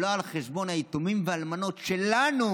אבל לא על חשבון היתומים והאלמנות שלנו